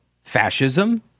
fascism